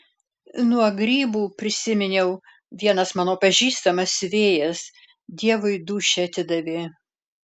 nuo grybų prisiminiau vienas mano pažįstamas siuvėjas dievui dūšią atidavė